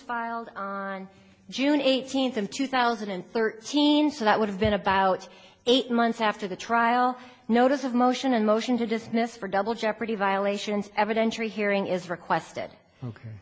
filed on june eighteenth of two thousand and thirteen so that would have been about eight months after the trial notice of motion and motion to dismiss for double jeopardy violations evidentiary hearing is requested